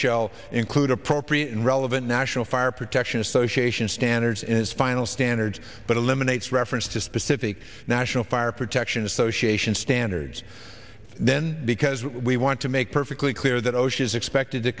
shall include appropriate and relevant national fire protection association standards in its final standards but eliminates reference to specific national fire protection association standards then because we want to make perfectly clear that osha is expected to